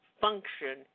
function